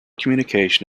communication